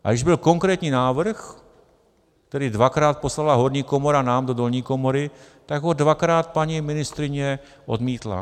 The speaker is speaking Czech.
Ale když byl konkrétní návrh, který dvakrát poslala horní komora nám do dolní komory, tak ho dvakrát paní ministryně odmítla.